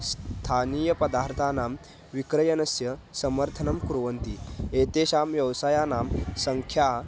स्थानीयपदार्थानां विक्रयणस्य समर्थनं कुर्वन्ति एतेषां व्यवसायानां सङ्ख्या